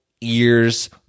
ears